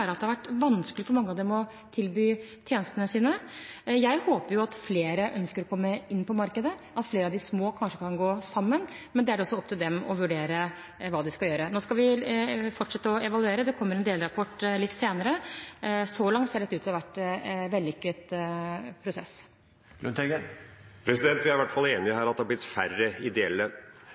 at det har vært vanskelig for mange av dem å tilby tjenestene sine. Jeg håper at flere ønsker å komme inn på markedet, at flere av de små kanskje kan gå sammen, men det er opp til dem å vurdere hva de skal gjøre. Nå skal vi fortsette å evaluere, det kommer en delrapport litt senere. Så langt ser dette ut til å ha vært en vellykket prosess. Vi er i hvert fall enige om at det har blitt færre ideelle.